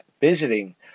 visiting